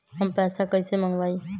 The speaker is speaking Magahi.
हम पैसा कईसे मंगवाई?